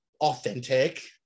authentic